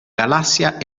galassia